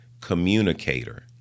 communicator